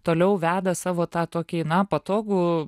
toliau veda savo tą tokį na patogų